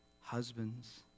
husbands